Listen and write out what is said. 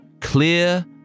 clear